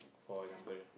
for example